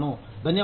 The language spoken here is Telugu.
ధన్యవాదాలు